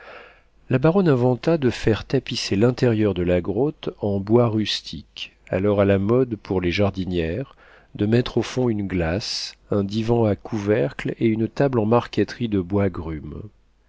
la baronne inventa de faire tapisser l'intérieur de la grotte en bois rustique alors à la mode pour les jardinières de mettre au fond une glace un divan à couvercle et une table en marqueterie de bois